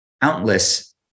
countless